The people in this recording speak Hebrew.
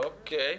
אוקיי.